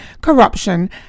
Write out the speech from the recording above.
corruption